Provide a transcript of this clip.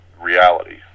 reality